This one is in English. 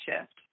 shift